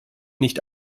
nicht